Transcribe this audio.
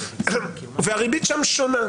והריבית שם שונה.